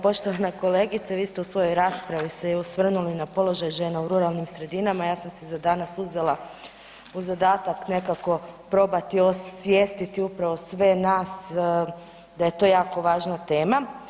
Poštovana kolegice, vi ste se u svojoj raspravi osvrnuli na položaj žena u ruralnim sredinama, ja sam si za danas uzela u zadatak nekako probati osvijestiti upravo sve nas da je to jako važna tema.